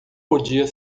podia